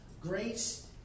grace